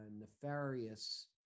nefarious